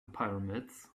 pyramids